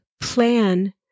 plan